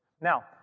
Now